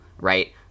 right